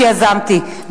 שיזמתי.